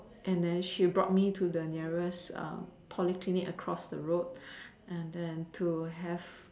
and then she brought me to the nearest Polyclinic across the road and then to have